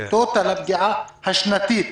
על טוטל הפגיעה השנתית,